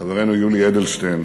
חברנו יולי אדלשטיין,